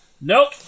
Nope